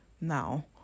Now